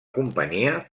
companyia